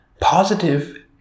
Positive